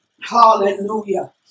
Hallelujah